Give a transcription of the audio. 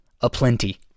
aplenty